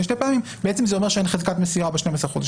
בעצם זה אומר שאין חזקת מסירה ב-12 החודשים.